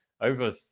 over